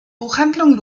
buchhandlung